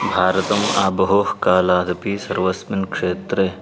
भारतम् आबहो कालादपि सर्वस्मिन् क्षेत्रे